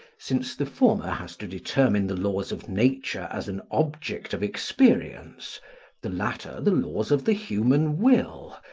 since the former has to determine the laws of nature as an object of experience the latter the laws of the human will,